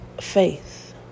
faith